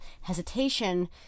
hesitation